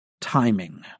timing